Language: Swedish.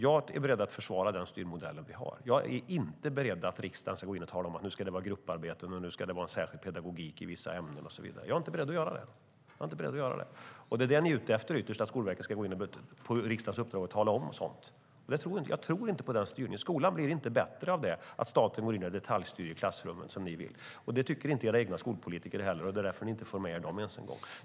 Jag är beredd att försvara den styrmodell vi har. Jag är inte beredd att ställa upp på att riksdagen ska gå in och tala om att det nu ska vara grupparbeten och särskild pedagogik i vissa ämnen och så vidare. Det är jag inte beredd att göra. Det som ni ytterst är ute efter är att Skolverket på riksdagens uppdrag ska gå in och tala om sådant. Jag tror inte på den styrningen. Skolan blir inte bättre av att staten går in och detaljstyr i klassrummen, som ni vill. Det tycker inte era egna skolpolitiker heller. Det är därför som ni inte ens får med er dem.